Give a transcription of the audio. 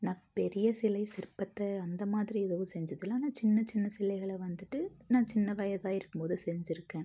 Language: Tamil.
நான் பெரிய சிலை சிற்பத்தை அந்த மாதிரி எதுவும் செஞ்சதில்லை ஆனால் சின்னச் சின்ன சிலைகள வந்துட்டு நான் சின்ன வயதாக இருக்கும் போது செஞ்சுருக்கேன்